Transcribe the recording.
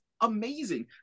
amazing